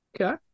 Okay